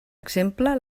exemple